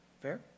Fair